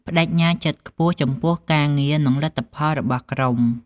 ប្តេជ្ញាចិត្តខ្ពស់ចំពោះការងារ និងលទ្ធផលរបស់ក្រុម។